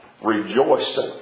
rejoicing